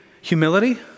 humility